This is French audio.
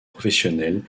professionnelles